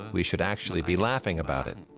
we should actually be laughing about it.